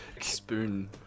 Spoon